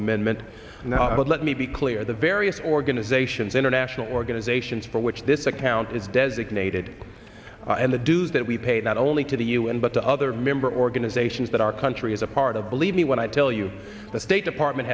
amendment and let me be clear the various organizations international organizations for which this account is designated and to do that we paid not only to the u n but to other member organizations that our country is a part of believe me when i tell you the state department